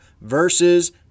versus